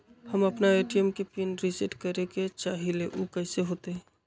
हम अपना ए.टी.एम के पिन रिसेट करे के चाहईले उ कईसे होतई?